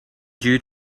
due